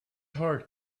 hard